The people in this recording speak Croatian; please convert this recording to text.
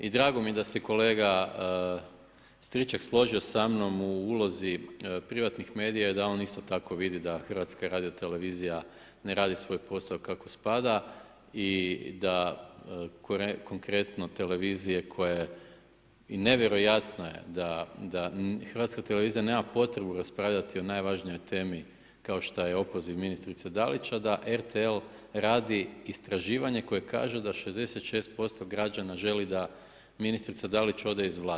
I drago mi je da se kolega Stričak složio sa mnom u ulozi privatnih medija i da on isto tako vidi da HRT ne radi svoj posao kako spada i da konkretno televizije koje i nevjerojatno je da Hrvatska televizija nema potrebu raspravljati o najvažnijoj temi kao što je opoziv ministrice Dalić, a da RTL radi istraživanje koje kaže da 66% građana želi da ministrica Dalić ode iz